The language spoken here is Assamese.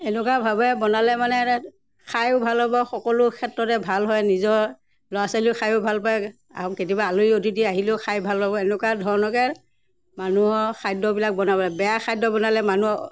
এনেকুৱা ভাৱে বনালে মানে খায়ো ভাল হ'ব সকলো ক্ষেত্ৰতে ভাল হয় নিজৰ ল'ৰা ছোৱালীয়েও খায়ো ভাল পায় আৰু কেতিয়াবা আলহী অতিথি আহিলেও খাই ভাল পাব এনেকুৱা ধৰণৰকৈ মানুহৰ খাদ্যবিলাক বনাব লাগে বেয়া খাদ্য বনালে মানুহৰ